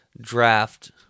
draft